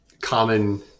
common